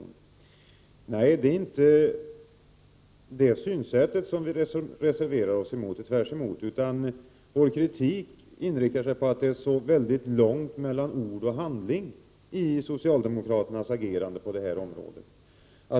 Nej, det är inte det synsättet som vi reserverar oss emot, tvärtom; vår kritik riktar sig mot att det är så långt mellan ord och handling i socialdemokraternas agerande på det här området.